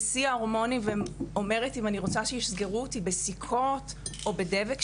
בשיא ההורמונים ואומרת אם אני רוצה שיסגרו אותי בסיכות או בדבק,